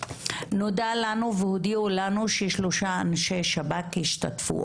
נודע לנו והודיעו לנו ששלושה אנשי שב"כ ישתתפו,